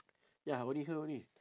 ya only her only